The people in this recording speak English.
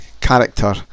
character